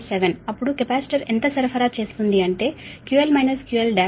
7 అప్పుడు కెపాసిటర్ ఎంత సరఫరా చేస్తుంది అంటే QL QL1